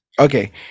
Okay